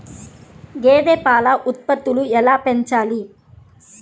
గేదె పాల ఉత్పత్తులు ఎలా పెంచాలి?